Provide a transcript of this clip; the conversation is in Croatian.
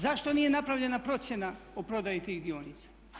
Zašto nije napravljena procjena o prodaji tih dionica?